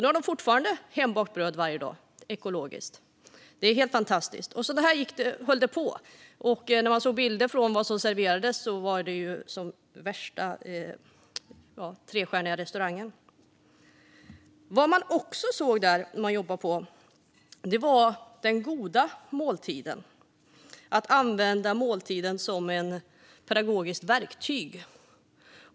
Nu får de alltså ekologiskt hembakt bröd varje dag, vilket är fantastiskt. Så här fortsatte det, och när jag såg bilder på vad som serverades var det som på en trestjärnig restaurang. Det talades också om den goda måltiden, alltså att använda måltiden som ett pedagogiskt verktyg.